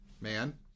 man